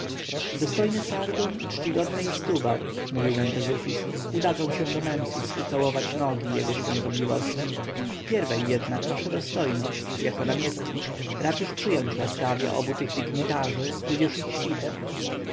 dostojny sargon i czcigodny istubar mówił mentezufis udadzą się do memfis ucałować nogi jego świątobliwości pierwej jednak wasza dostojność jako namiestnik raczysz przyjąć łaskawie obu tych dygnitarzy tudzież ich świtę